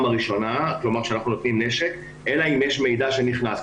הראשונה שאנחנו נותנים נשק אלא אם יש מידע שנכנס.